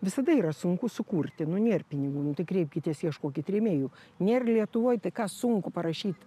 visada yra sunku sukurti nu nėr pinigų nu tai kreipkitės ieškokit rėmėjų nėr lietuvoj tai ką sunku parašyt